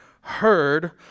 heard